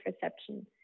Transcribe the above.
perception